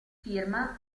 firma